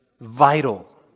vital